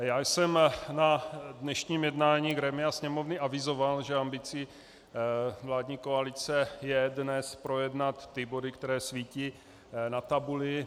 Já jsem na dnešním jednání grémia Sněmovny avizoval, že ambicí vládní koalice je dnes projednat body, které svítí na tabuli.